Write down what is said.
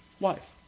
wife